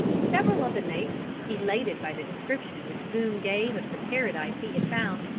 several of the neighbors, elated by the description which boone gave of the paradise he had found,